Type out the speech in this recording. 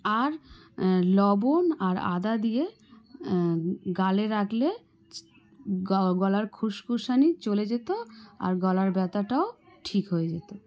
আর লবণ আর আদা দিয়ে গালে রাখলে গ গলার খুসখুসানি চলে যেত আর গলার ব্যথাটাও ঠিক হয়ে যেত